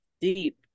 deep